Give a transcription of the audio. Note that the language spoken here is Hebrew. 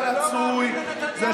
הלוא היא ועדת צדוק,